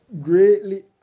greatly